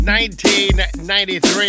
1993